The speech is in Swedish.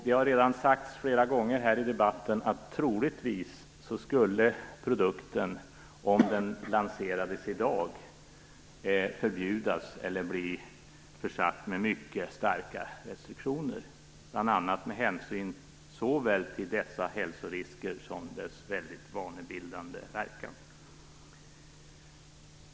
Det har redan sagts flera gånger här i debatten att produkten troligtvis, om den lanserades i dag, skulle förbjudas eller bli försedd med mycket omfattande restriktioner, bl.a. med hänsyn såväl till hälsoriskerna som till dess väldigt vanebildande verkan.